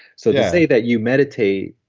so to say that you meditate,